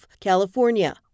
California